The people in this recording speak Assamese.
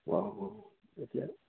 অঁ এতিয়া